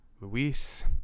Luis